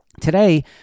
Today